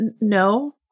No